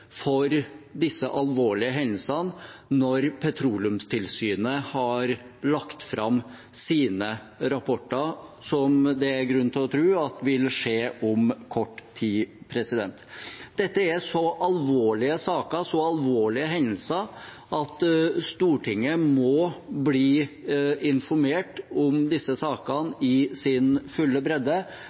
for disse alvorlige hendelsene når Petroleumstilsynet har lagt fram sine rapporter, som det er grunn til å tro vil skje om kort tid. Dette er så alvorlige saker, så alvorlige hendelser, at Stortinget må bli informert om dem i sin fulle bredde,